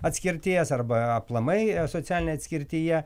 atskirties arba aplamai socialinėj atskirtyje